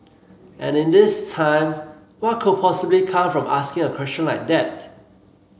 and in these times what could possibly come from asking a question like that